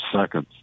seconds